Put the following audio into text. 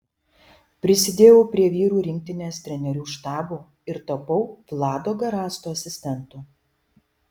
prisidėjau prie vyrų rinktinės trenerių štabo ir tapau vlado garasto asistentu